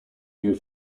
new